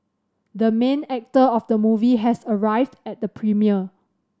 the main actor of the movie has arrived at the premiere